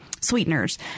sweeteners